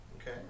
Okay